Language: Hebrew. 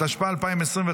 התשפ"ה 2025,